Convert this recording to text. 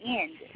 end